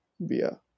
via